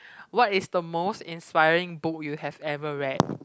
what is the most inspiring book you have ever read